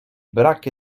brak